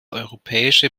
europäische